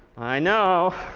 i know.